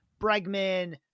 Bregman